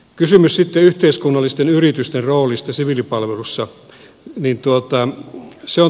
kysymys yhteiskunnallisten yritysten roolista siviilipalvelussa on tärkeä asia